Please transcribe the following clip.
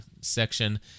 section